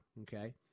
okay